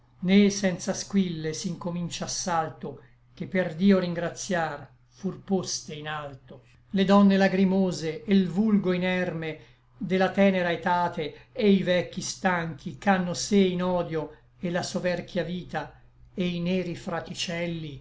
né senza squille s'incommincia assalto che per dio ringraciar fur poste in alto le donne lagrimose e l vulgo inerme de la tenera etate e i vecchi stanchi ch'ànno sé in odio et la soverchia vita e i neri fraticelli